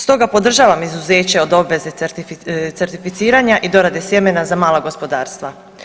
Stoga podržavam izuzeće od obveze certificiranja i dorade sjemena za mala gospodarstva.